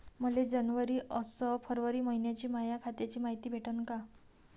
मले जनवरी अस फरवरी मइन्याची माया खात्याची मायती भेटन का?